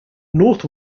north